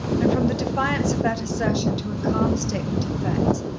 and from the defiance of that assertion to a calm statement of facts.